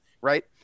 right